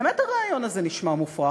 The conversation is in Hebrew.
באמת, הרעיון הזה נשמע מופרך.